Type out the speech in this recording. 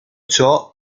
ciò